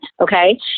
Okay